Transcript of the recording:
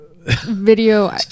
Video